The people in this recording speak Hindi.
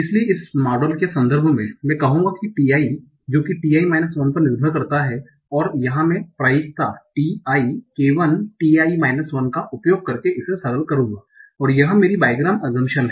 इसलिए इस मॉडल के संदर्भ में मैं कहूँगा कि ti जो कि ti 1 पर निर्भर करता है और यहाँ मैं प्रायिकता ti k1 ti 1 का उपयोग करके इसे सरल करूँगा और यह मेरी बाइग्राम अजंप्शन है